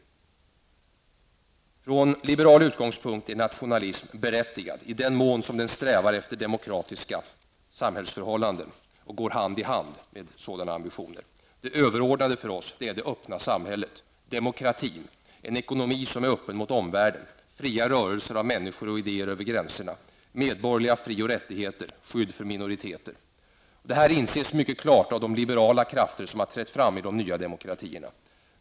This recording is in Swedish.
Från liberal utgångspunkt är nationalism berättigad i den mån som den strävar efter demokratiska samhällsförhållanden och går hand i hand med sådana ambitioner. Det överordnade för oss är det öppna samhället -- demokratin, en ekonomi som är öppen mot omvärlden, fria rörelser av människor och idéer över gränserna, medborgerliga fri och rättigheter, skydd för minoriteter. Detta inses mycket klart av de liberala krafter som har trätt fram i de nya demokratierna.